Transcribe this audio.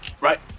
right